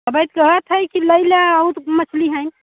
अभी तो कहत है कि लेला और मछली है